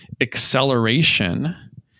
acceleration